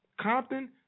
Compton